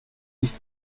nicht